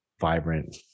vibrant